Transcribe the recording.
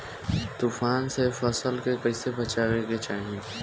तुफान से फसल के कइसे बचावे के चाहीं?